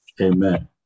Amen